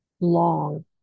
long